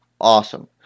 awesome